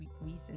reason